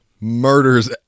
murders